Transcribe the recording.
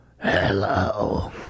Hello